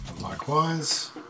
likewise